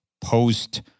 post